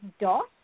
Dot